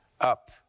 up